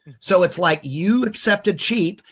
so it's like you accepted cheap.